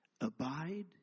Abide